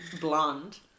Blonde